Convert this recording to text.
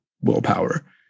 willpower